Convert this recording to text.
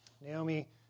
Naomi